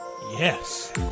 Yes